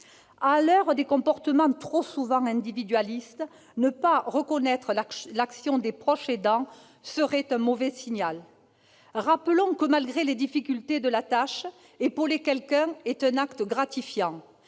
À l'heure des comportements trop souvent individualistes, ne pas reconnaître leur action serait un mauvais signal. Malgré les difficultés de la tâche, épauler quelqu'un est un acte gratifiant,